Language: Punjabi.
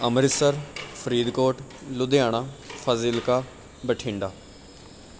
ਅੰਮ੍ਰਿਤਸਰ ਫਰੀਦਕੋਟ ਲੁਧਿਆਣਾ ਫਾਜ਼ਿਲਕਾ ਬਠਿੰਡਾ